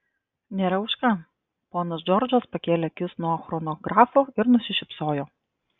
nėra už ką ponas džordžas pakėlė akis nuo chronografo ir nusišypsojo